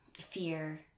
fear